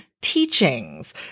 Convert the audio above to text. teachings